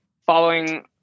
following